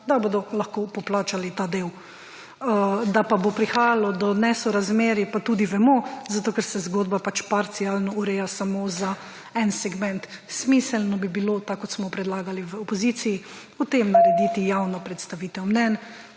da bodo lahko poplačali ta del. Da pa bo prihajalo do nesorazmerij, pa tudi vemo zato, ker se zgodba pač parcialno ureja samo za en segment. Smiselno bi bilo, tako kot smo predlagali v opoziciji, o tem narediti / znak za konec